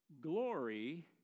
glory